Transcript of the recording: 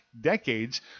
decades